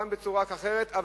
פעם בצורה כזאת ופעם בצורה אחרת,